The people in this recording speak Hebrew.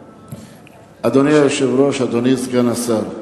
אדוני היושב-ראש, אדוני סגן השר,